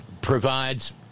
provides